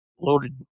Loaded